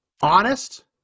honest